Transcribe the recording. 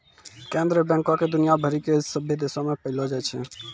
केन्द्रीय बैंको के दुनिया भरि के सभ्भे देशो मे पायलो जाय छै